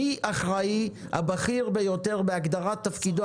מי האחראי הבכיר ביותר בהגדרת תפקידו